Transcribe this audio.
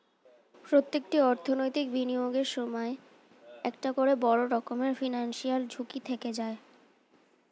প্রত্যেকটি অর্থনৈতিক বিনিয়োগের সময়ই একটা করে বড় রকমের ফিনান্সিয়াল ঝুঁকি থেকে যায়